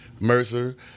Mercer